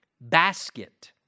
basket